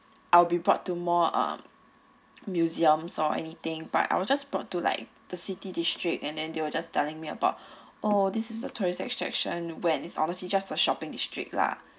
I'll be brought to more um museums or anything by I was just brought to like the city district and they were just telling me about oh this is the tourist attraction when is honestly just a shopping district lah